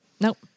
nope